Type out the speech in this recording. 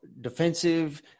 defensive